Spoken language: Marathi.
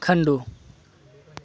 खंडू